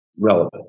relevant